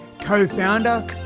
co-founder